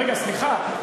רגע, סליחה.